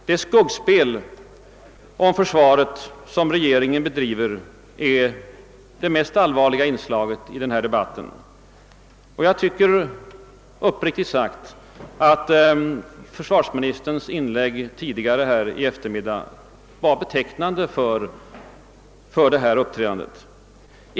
Det skuggspel om försvaret som regeringen bedriver är det mest allvarliga inslaget i debatten, och jag tycker, uppriktigt sagt, att försvarsministerns inlägg tidigare i dag var betecknande.